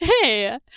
Hey